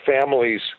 families